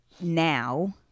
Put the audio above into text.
now